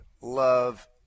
love